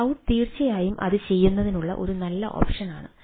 അതിനാൽ ക്ലൌഡ് തീർച്ചയായും അത് ചെയ്യുന്നതിനുള്ള ഒരു നല്ല ഓപ്ഷനാണ്